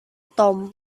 tom